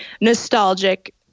nostalgic